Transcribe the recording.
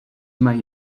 mají